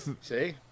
see